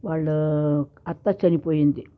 వాళ్ళు అత్త చనిపోయింది